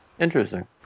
Interesting